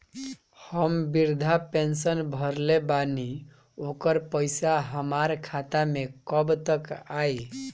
हम विर्धा पैंसैन भरले बानी ओकर पईसा हमार खाता मे कब तक आई?